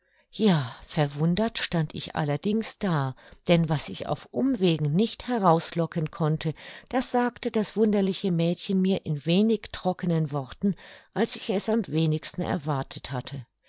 ja verwundert stand ich allerdings da denn was ich auf umwegen nicht herauslocken konnte das sagte das wunderliche mädchen mir in wenig trockenen worten als ich es am wenigsten erwartet hatte